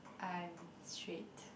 I'm straight